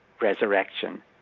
resurrection